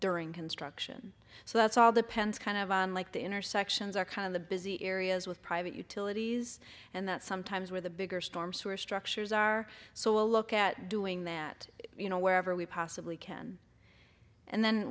during construction so that's all depends kind of on like the intersections are kind of the busy areas with private utilities and that sometimes where the bigger storm sewer structures are so we'll look at doing that you know wherever we possibly can and then